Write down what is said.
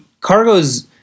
Cargo's